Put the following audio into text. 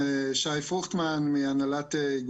שי, תציג את עצמך, בבקשה.